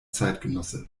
zeitgenosse